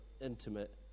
intimate